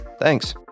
Thanks